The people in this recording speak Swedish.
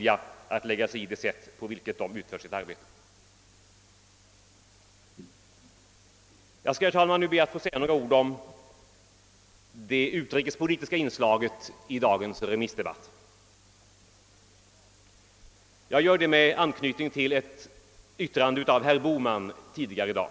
Jag skall, herr talman, nu be att få säga några ord om det utrikespolitiska inslaget i dagens remissdebatt. Jag gör det med anknytning till ett yttrande av herr Bohman tidigare i dag.